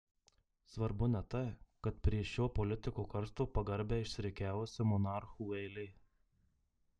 svarbu ne tai kad prie šio politiko karsto pagarbiai išsirikiavusi monarchų eilė